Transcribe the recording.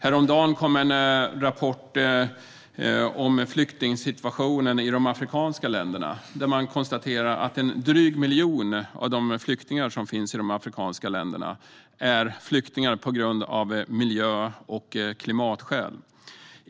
Häromdagen kom en rapport om flyktingsituationen i de afrikanska länderna där man konstaterar att en dryg miljon av de flyktingar som finns i de afrikanska länderna är flyktingar på grund av miljö och klimatskäl.